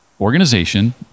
organization